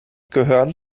gehören